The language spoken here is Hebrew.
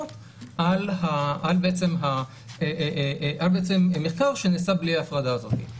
על בעצם מחקר שנעשה בלי ההפרדה הזאת.